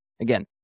again